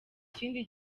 kindi